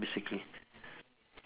basically